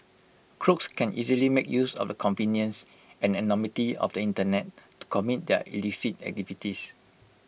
crooks can easily make use of the convenience and anonymity of the Internet to commit their illicit activities